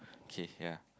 K yea